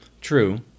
True